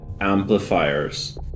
amplifiers